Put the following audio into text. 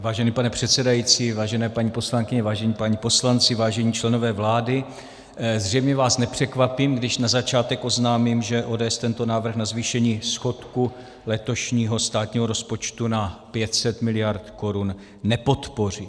Vážený pane předsedající, vážené paní poslankyně, vážení páni poslanci, vážení členové vlády, zřejmě vás nepřekvapím, když na začátek oznámím, že ODS tento návrh na zvýšení schodku letošního státního rozpočtu na 500 miliard korun nepodpoří.